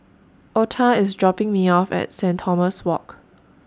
Ota IS dropping Me off At Saint Thomas Walk